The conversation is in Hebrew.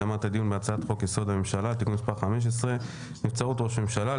בהצעת חוק יסוד: הממשלה (תיקון מס' 15) (נבצרות ראש הממשלה),